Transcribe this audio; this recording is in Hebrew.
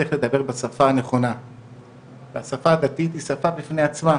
צריך לדבר בשפה הנכונה והשפה הדתית היא שפה בפניי עצמה